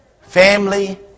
Family